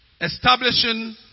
establishing